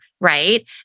right